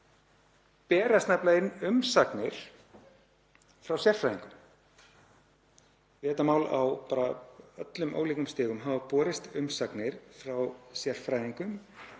berast nefnilega inn umsagnir frá sérfræðingum við þetta mál. Á öllum ólíkum stigum hafa borist umsagnir frá sérfræðingum